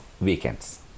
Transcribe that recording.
weekends